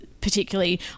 particularly